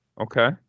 Okay